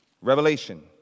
Revelation